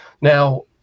Now